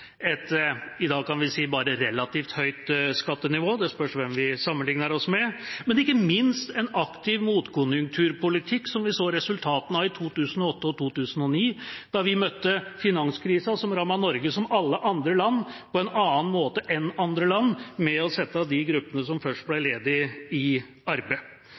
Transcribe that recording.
et – i dag kan vi si bare relativt – høyt skattenivå. Det spørs hvem vi sammenligner oss med. Det er ikke minst en aktiv motkonjunkturpolitikk, som vi så resultatene av i 2008 og 2009, da vi møtte finanskrisa – som rammet Norge som alle andre land – på en annen måte enn andre land, med å sette de gruppene som først ble ledige, i arbeid.